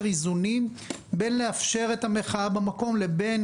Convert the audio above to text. איזונים בין לאפשר את המחאה במקום לבין